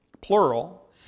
plural